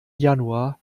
januar